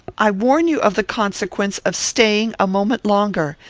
i warn you of the consequence of staying a moment longer.